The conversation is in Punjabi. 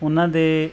ਉਹਨਾਂ ਦੇ